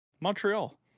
Montreal